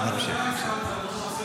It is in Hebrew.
אתה עם הגב ליושב-ראש.